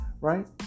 Right